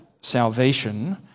salvation